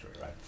right